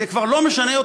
זה כבר לא משנה,